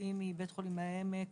הרופאים מבית חולים העמק,